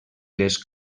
les